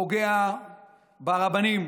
פוגע ברבנים,